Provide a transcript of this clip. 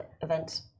event